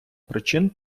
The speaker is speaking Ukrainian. причин